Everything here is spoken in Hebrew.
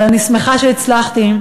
אבל אני שמחה שהצלחתי,